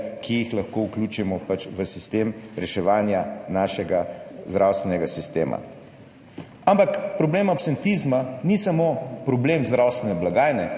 ki jih lahko vključimo v sistem reševanja našega zdravstvenega sistema. Ampak problem absentizma ni samo problem zdravstvene blagajne.